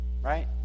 right